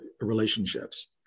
relationships